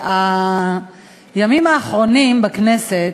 האמת כואבת.